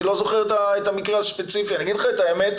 אני אגיד לך את האמת,